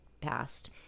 past